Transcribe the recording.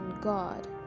God